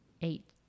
eight